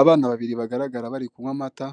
Abana babiri bagaragara bari kunywa amata,